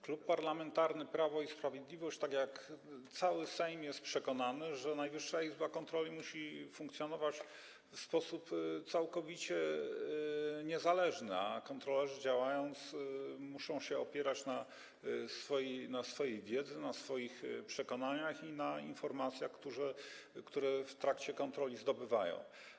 Klub Parlamentarny Prawo i Sprawiedliwość, tak jak cały Sejm, jest przekonany, że Najwyższa Izba Kontroli musi funkcjonować w sposób całkowicie niezależny, a kontrolerzy muszą się opierać na swojej wiedzy, na swoich przekonaniach i na informacjach, które w trakcie kontroli zdobywają.